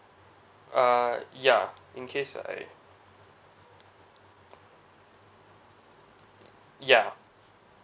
uh ya in case I ya